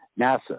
NASA